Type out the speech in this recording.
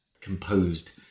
composed